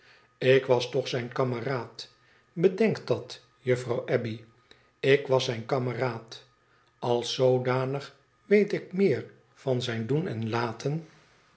ik was toch zijn kameraad bedenk dat juffirouw abbey ik was zijn kameraad als zoodanig weet ik meer van zijn doen en laten